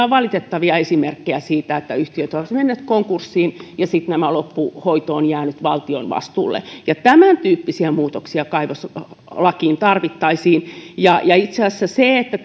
on valitettavia esimerkkejä siitä että yhtiöt ovat menneet konkurssiin ja sitten tämä loppuhoito on jäänyt valtion vastuulle tämäntyyppisiä muutoksia kaivoslakiin tarvittaisiin itse asiassa se että